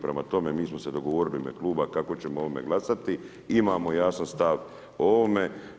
Prema tome, mi smo se dogovorili u ime kluba kako ćemo o ovome glasati, imamo jasan stav o ovome.